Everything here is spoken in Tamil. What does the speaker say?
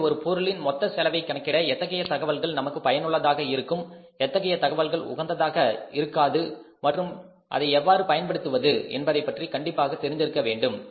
எனவே ஒரு பொருளின் மொத்த செலவை கணக்கிட எத்தகைய தகவல்கள் நமக்கு பயனுள்ளதாக இருக்கும் எத்தகைய தகவல்கள் உகந்ததாக இருக்காது மற்றும் அதை எவ்வாறு பயன்படுத்துவது என்பதைப் பற்றி கண்டிப்பாக தெரிந்திருக்க வேண்டும்